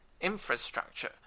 infrastructure